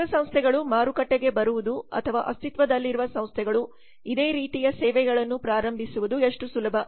ಹೊಸ ಸಂಸ್ಥೆಗಳು ಮಾರುಕಟ್ಟೆಗೆ ಬರುವುದು ಅಥವಾ ಅಸ್ತಿತ್ವದಲ್ಲಿರುವ ಸಂಸ್ಥೆಗಳು ಇದೇ ರೀತಿಯ ಸೇವೆಯನ್ನು ಪ್ರಾರಂಭಿಸುವುದು ಎಷ್ಟು ಸುಲಭ